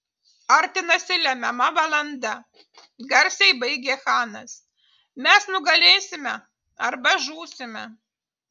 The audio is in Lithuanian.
artinasi lemiama valanda garsiai baigė chanas mes nugalėsime arba žūsime